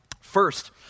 First